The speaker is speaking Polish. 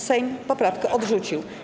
Sejm poprawkę odrzucił.